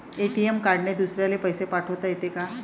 ATM कार्डने दुसऱ्याले पैसे पाठोता येते का?